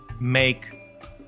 make